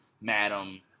madam